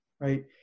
right